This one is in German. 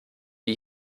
wie